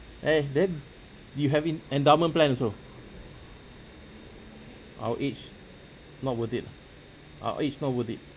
eh then you have en~ endowment plan also our age not worth it lah our age not worth it